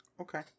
Okay